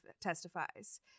testifies